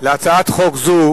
להצעת חוק זו